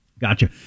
Gotcha